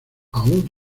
aún